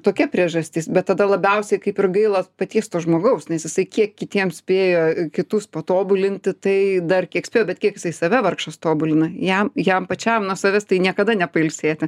tokia priežastis bet tada labiausiai kaip ir gaila paties to žmogaus nes jisai kiek kitiem spėjo kitus patobulinti tai dar kiek spėjo bet kiek jisai save vargšas tobulina jam jam pačiam nuo savęs tai niekada nepailsėti